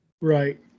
Right